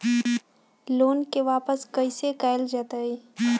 Loan के वापस कैसे कैल जतय?